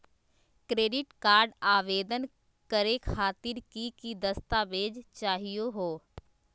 Credit card आवेदन करे खातिर की की दस्तावेज चाहीयो हो?